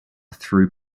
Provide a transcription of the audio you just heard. through